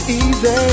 easy